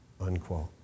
unquote